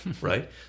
right